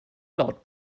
laut